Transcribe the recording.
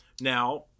Now